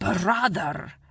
brother